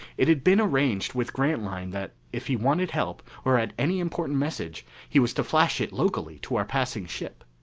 it had been arranged with grantline that if he wanted help or had any important message, he was to flash it locally to our passing ship.